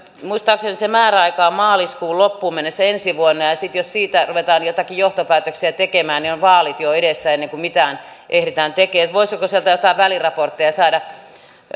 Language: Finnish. muistaakseni se määräaika on maaliskuun loppuun mennessä ensi vuonna ja ja jos siitä ruvetaan joitakin johtopäätöksiä tekemään niin on vaalit jo edessä ennen kuin mitään ehditään tekemään voisiko sieltä jotain väliraportteja saada